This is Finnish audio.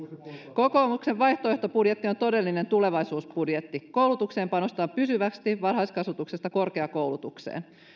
kokoomuksen vaihtoehtobudjetti on todellinen tulevaisuusbudjetti koulutukseen panostetaan pysyvästi varhaiskasvatuksesta korkeakoulutukseen